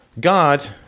God